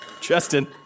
Justin